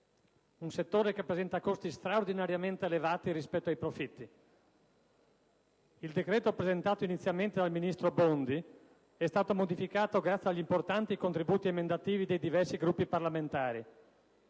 Un settore che presenta costi straordinariamente elevati rispetto ai profitti. Il decreto presentato inizialmente dal ministro Bondi è stato modificato grazie agli importanti contributi emendativi dei diversi Gruppi parlamentari.